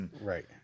Right